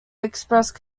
expressed